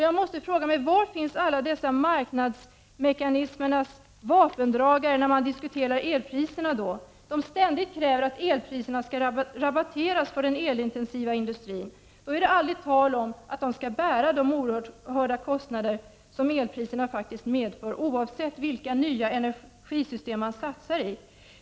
Jag måste fråga mig: Var finns alla dessa marknadsmekanismernas vapendragare när elpriserna diskuteras, de som ständigt kräver att elpriserna skall rabatteras för den elintensiva industrin? Då är det aldrig tal om att de skall bära de oerhörda kostnader som elpriserna faktiskt medför, oavsett vilka nya energisystem man satsar på.